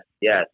yes